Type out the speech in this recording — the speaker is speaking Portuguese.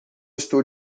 estou